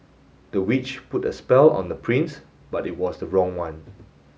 the witch put a spell on the prince but it was the wrong one